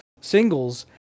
singles